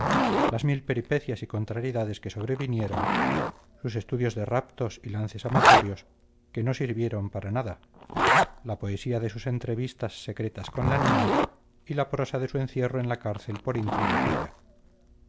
las mil peripecias y contrariedades que sobrevinieron sus estudios de raptos y lances amatorios que no sirvieron para nada la poesía de sus entrevistas secretas con la niña y la prosa de su encierro en la cárcel por intriga tuya